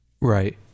Right